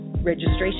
Registration